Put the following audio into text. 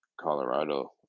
Colorado